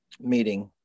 meeting